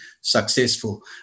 successful